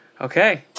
okay